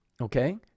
okay